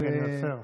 רגע, אני עוצר.